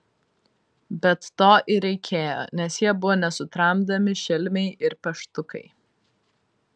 bet to ir reikėjo nes jie buvo nesutramdomi šelmiai ir peštukai